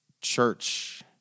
church